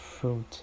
fruit